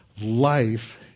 life